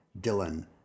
Dylan